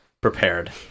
prepared